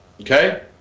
Okay